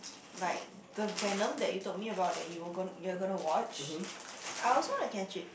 like the Venom that you told me about that you were gon~ you were gonna watch I also want to catch it